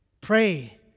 Pray